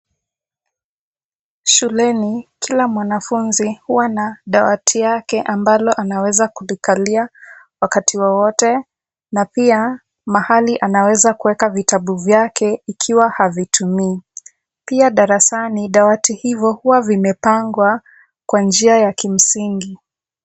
Shuleni kila mwanafunzi huwa na dawati yake ambalo anaweza kuikalia wakati wowote, na pia mahali anaweza kuweka vitabu vyake ikiwa havitumii. Pia darasani dawati hivyo huwa vimepangwa kwa njia ya kimsingi.